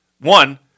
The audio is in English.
One